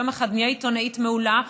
ויום אחד אהיה עיתונאית מעולה,